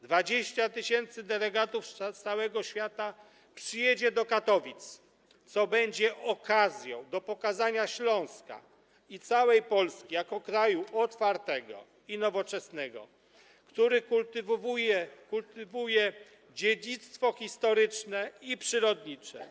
20 tys. delegatów z całego świata przyjedzie do Katowic, co będzie okazją do pokazania Śląska i całej Polski jako kraju otwartego i nowoczesnego, który kultywuje dziedzictwo historyczne i przyrodnicze.